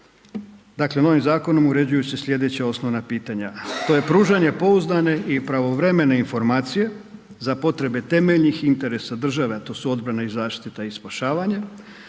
Dakle, ovim zakonom uređuju se sljedeća osnovna pitanja. To je pružanje pouzdane i pravovremene informacije za potrebe temeljnih interesa države, a to su obrana, zaštita i spašavanje